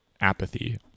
apathy